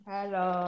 Hello